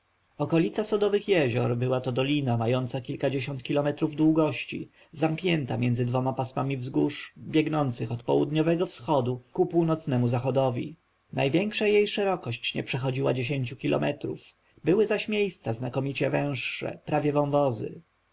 okolica sodowych jezior była to dolina mająca kilkadziesiąt kilometrów długości zamknięta między dwoma pasmami wzgórz biegnących od południowego wschodu ku północnemu zachodowi największa jej szerokość nie przechodziła dziesięciu kilometrów były zaś miejsca znakomicie węższe prawie wąwozy